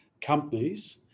companies